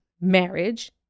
marriage